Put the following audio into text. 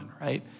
right